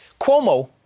Cuomo